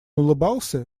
улыбался